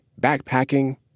backpacking